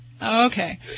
Okay